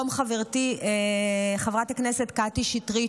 במקום חברתי חברת הכנסת קטי שטרית,